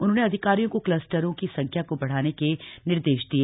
उन्होंने अधिकारियों को कलस्टरों की संख्या को बढ़ाने के निर्देश दिए